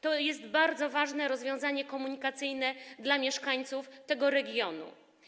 To jest bardzo ważne rozwiązanie komunikacyjne dla mieszkańców tego regionu.